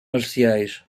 marciais